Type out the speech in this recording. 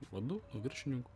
vadu viršininku